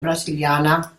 brasiliana